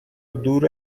دور